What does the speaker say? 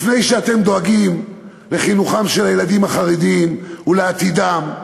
לפני שאתם דואגים לחינוכם של הילדים החרדים ולעתידם,